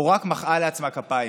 או רק מחאה לעצמה כפיים.